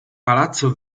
palazzo